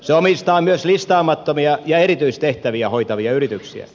se omistaa myös listaamattomia ja erityistehtäviä hoitavia yrityksiä